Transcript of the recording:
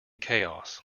chaos